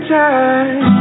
time